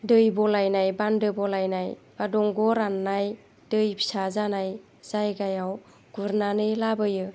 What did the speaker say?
दै बलायनाय बान्दो बलायनाय बा दंग' राननाय दै फिसा जानाय जायगायाव गुरनानै लाबोयो